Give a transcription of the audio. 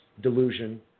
delusion